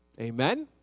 Amen